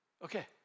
Okay